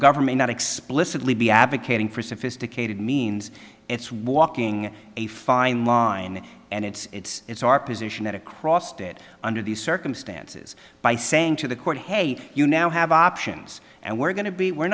government not explicitly be advocating for sophisticated means it's walking a fine line and it's our position that across dead under these circumstances by saying to the court hey you now have options and we're going to be we're